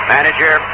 Manager